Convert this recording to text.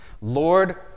Lord